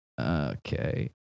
Okay